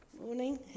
Morning